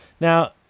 Now